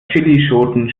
chillischoten